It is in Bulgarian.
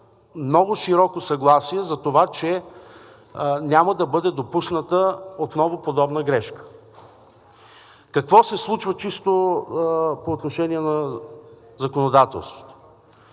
много широко съгласие за това, че няма да бъде допусната отново подобна грешка. Какво се случва по отношение на законодателството?